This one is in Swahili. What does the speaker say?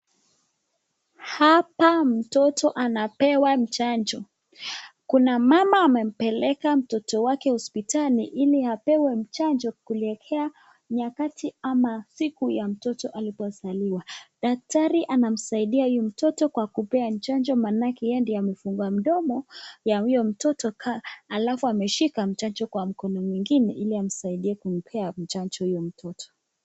Hapa mtoto anapewa chanjo kuna mama amempeleka mtoto wake hospitali ili apewe chanjo kuelekea nyakati ama siku ya mtoto alipozaliwa. Daktari anamsaidia huyu mtoto kwa kumpea chanjo maanake yeye ndiye amefungua mdomo ya huyo mtoto alafu ameshika mtoto kwa mkono mwingine ili amsaidie kumpea chanjo huyo mtoto.